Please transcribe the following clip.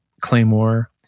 Claymore